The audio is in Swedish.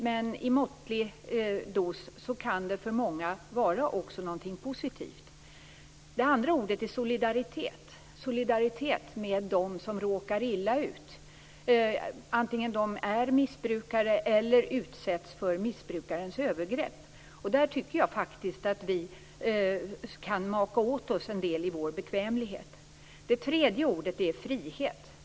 Men i måttlig dos kan alkohol för många vara någonting positivt. Det andra ordet är solidaritet. Man skall ha solidaritet med dem som råkar illa ut, vare sig de är missbrukare eller utsätts för missbrukarens övergrepp. Där kan vi faktiskt maka åt oss en del i vår bekvämlighet. Det tredje ordet är frihet.